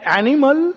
animal